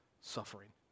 suffering